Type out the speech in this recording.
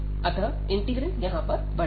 अतः इंटीग्रैंड यहां पर बड़ा है